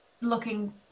looking